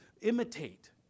imitate